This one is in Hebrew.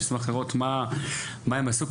שנשמח באמת לשמוע מה נעשה,